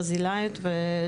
ברזילאיות.